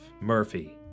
Murphy